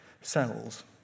cells